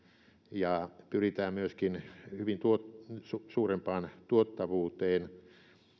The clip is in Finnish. ja pyritään myöskin suurempaan tuottavuuteen